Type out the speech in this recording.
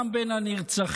גם בין הנרצחים,